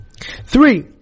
Three